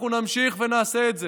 אנחנו נמשיך ונעשה את זה.